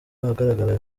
ahagaragara